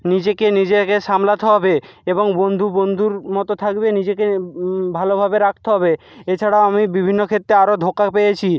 নিজেকে নিজেকে সামলাতে হবে এবং বন্ধু বন্ধুর মতো থাকবে নিজেকে ভালোভাবে রাখতে হবে এছাড়াও আমি বিভিন্ন ক্ষেত্রে আরও ধোঁকা পেয়েছি